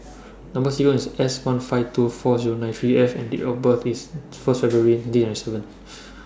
Number sequence IS S one five two four Zero nine three F and Date of birth IS First February nineteen ninety seven